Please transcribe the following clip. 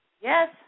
Yes